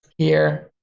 here,